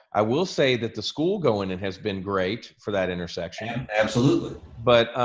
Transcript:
i will say that the school going and has been great for that intersection. absolutely. but